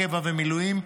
קבע ומילואים,